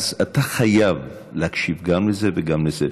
אז אתה חייב להקשיב גם לזה וגם לזה.